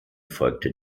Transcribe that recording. folgte